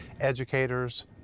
educators